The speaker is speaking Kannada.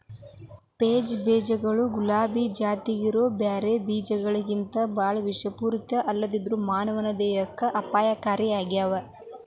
ಪೇಚ್ ಬೇಜಗಳು ಗುಲಾಬಿ ಜಾತ್ಯಾಗಿರೋ ಬ್ಯಾರೆ ಬೇಜಗಳಿಗಿಂತಬಾಳ ವಿಷಪೂರಿತ ಬೇಜಗಳಲ್ಲದೆದ್ರು ಮಾನವನ ದೇಹಕ್ಕೆ ಅಪಾಯಕಾರಿಯಾಗ್ಯಾವ